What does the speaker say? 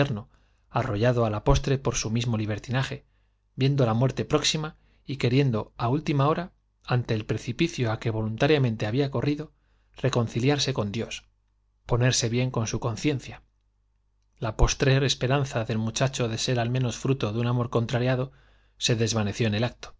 arrollado á la postre por su mismo libertinaje viendo la muerte próxima y queriendo á última hora ante el precipicio á que voluntariamente había corrido reconciliarse con dios ponerse bien con su con ciencia la postrer esperanza del muchacho de ser al menos fruto de un amor contrariado se desvaneció en el acto